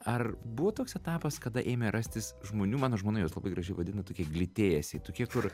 ar buvo toks etapas kada ėmė rastis žmonių mano žmona juos labai gražiai vadina tokie glitėsiai tokie kur